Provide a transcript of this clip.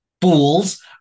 Fools